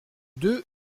deux